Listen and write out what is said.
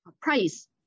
Price